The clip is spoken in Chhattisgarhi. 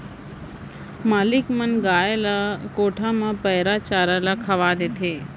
मालिक मन गाय ल कोठा म पैरा चारा ल खवा देथे